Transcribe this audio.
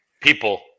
people